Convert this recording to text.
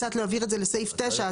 הצעת להעביר את זה לסעיף 9,